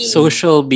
Social